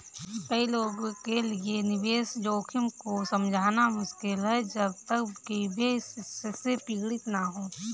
कई लोगों के लिए निवेश जोखिम को समझना मुश्किल है जब तक कि वे इससे पीड़ित न हों